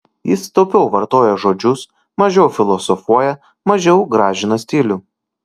jis taupiau vartoja žodžius mažiau filosofuoja mažiau gražina stilių